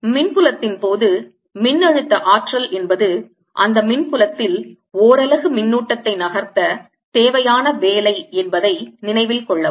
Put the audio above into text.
மின்புலத்தின் போது மின்னழுத்த ஆற்றல் என்பது அந்த மின்புலத்தில் ஓரலகு மின்னூட்டத்தை நகர்த்தத் தேவையான வேலை என்பதை நினைவில் கொள்ளவும்